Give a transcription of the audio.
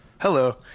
Hello